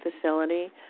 facility